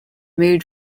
mood